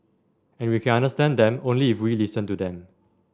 and we can understand them only if we listen to them